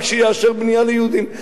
רק שיאשר בנייה ליהודים.